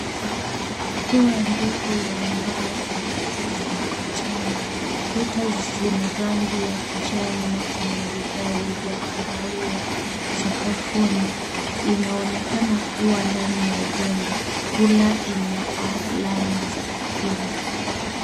Ruler ndefu ya mbao imeandikwa ukutani. Kuta zina rangi ya kijani na kuna vigae vya kahawia sakafuni. Inaonekana kuwa ndani ya jengo. Ruler ina alama za kupima.